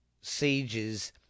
sieges